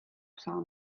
saama